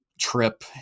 trip